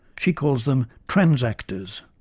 she call them transactors,